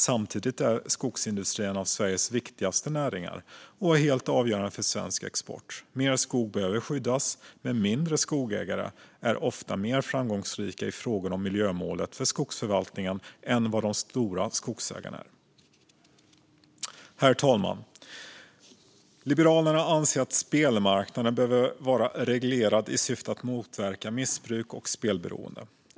Samtidigt är skogsindustrin en av Sveriges viktigaste näringar och helt avgörande för svensk export. Mer skog behöver skyddas, men mindre skogsägare är ofta mer framgångsrika i fråga om miljömålet för skogsförvaltningen än vad de stora skogsägarna är. Herr talman! Liberalerna anser att spelmarknaden behöver vara reglerad i syfte att motverka missbruk och spelberoende.